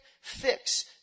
fix